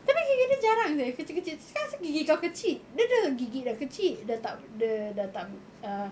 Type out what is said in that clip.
tapi gigi dia jarang seh kecil-kecil cakap asal gigi kau kecil dia ada gigi gigi kecil dia tak dah tak err